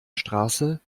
straße